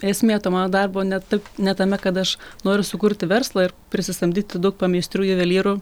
esmė to mano darbo ne ta tame kad aš noriu sukurti verslą ir prisisamdyti daug pameistrių juvelyrų